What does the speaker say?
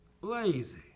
lazy